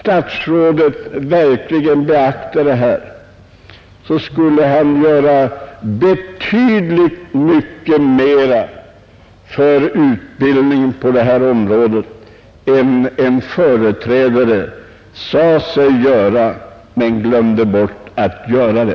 statsrådet verkligen beaktar vad jag nu anfört, skulle han göra mycket mera för utbildningen på detta område än vad som gjordes av en företrädare, som sade sig skola uträtta något men glömde att utföra det.